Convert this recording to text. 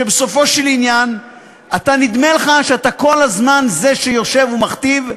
בסופו של עניין נדמה לך שאתה כל הזמן זה שיושב ומכתיב,